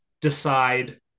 decide